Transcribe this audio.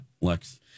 Lex